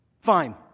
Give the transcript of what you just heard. Fine